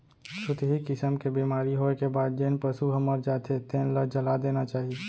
छुतही किसम के बेमारी होए के बाद जेन पसू ह मर जाथे तेन ल जला देना चाही